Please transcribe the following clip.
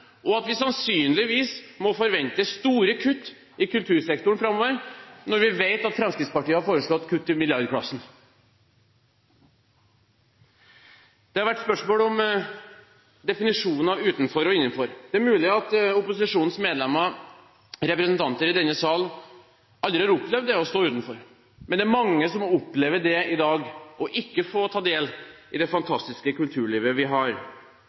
vi må sannsynligvis forvente store kutt i kultursektoren framover, når vi vet at Fremskrittspartiet har foreslått kutt i milliardklassen. Det har vært spørsmål om definisjonen av å være utenfor og innenfor. Det er mulig at opposisjonens representanter i denne sal aldri har opplevd det å stå utenfor, men det er mange som opplever det i dag, at man ikke får ta del i det fantastiske kulturlivet vi har.